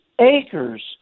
acres